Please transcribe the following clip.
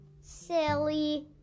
Silly